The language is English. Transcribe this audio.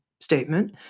statement